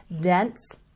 dense